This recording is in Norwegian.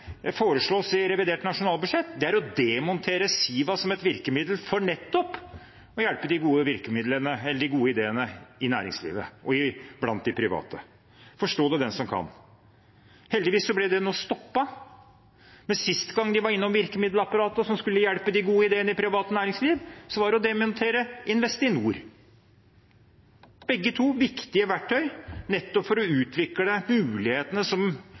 foreslås i revidert nasjonalbudsjett, er å demontere Siva som et virkemiddel for nettopp å hjelpe de gode ideene i næringslivet og blant de private. Forstå det, den som kan. Heldigvis ble det stoppet, men sist gang de var innom virkemiddelapparatet som skulle hjelpe de gode ideene i privat næringsliv, var det for å demontere Investinor. Begge to, Siva og Investinor, er viktige verktøy nettopp for å utvikle mulighetene som